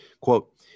quote